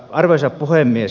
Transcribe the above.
arvoisa puhemies